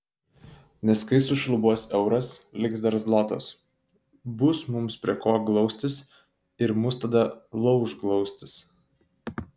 nes kai sušlubuos euras liks dar zlotas bus mums prie ko glaustis ir mus tada lauš glaustis